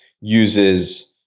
uses